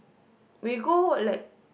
we go like